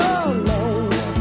alone